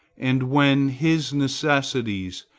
and when his necessities,